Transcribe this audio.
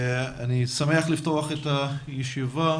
אני שמח לפתוח את הישיבה.